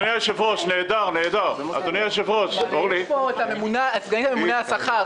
נהדר --- יש פה את סגנית הממונה על השכר,